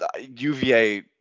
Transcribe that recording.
UVA